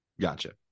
Gotcha